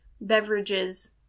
beverages